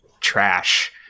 trash